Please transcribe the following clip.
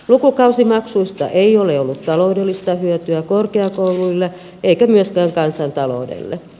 lukukausimaksuista ei ole ollut taloudellista hyötyä korkeakouluille eikä myöskään kansantaloudelle